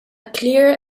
clear